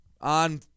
on